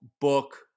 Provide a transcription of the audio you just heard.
Book